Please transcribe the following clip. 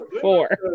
four